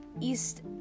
East